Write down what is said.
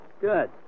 Good